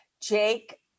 Jake